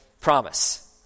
promise